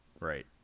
Right